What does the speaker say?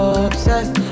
obsessed